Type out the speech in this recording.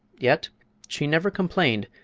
yet she never complained,